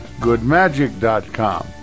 GoodMagic.com